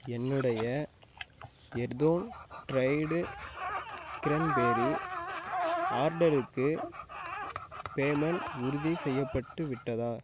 என்னுடைய எர்தோன் dried cranberry ஆர்டருக்கு பேமெண்ட் உறுதி செய்யப்பட்டுவிட்டதா